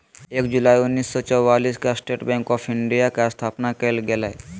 एक जुलाई उन्नीस सौ चौआलिस के स्टेट बैंक आफ़ इंडिया के स्थापना कइल गेलय